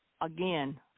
again